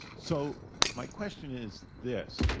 so my question is this.